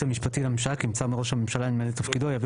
המשפטי לממשלה כי נבצר מראש הממשלה למלא את תפקידו יעביר